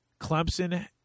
Clemson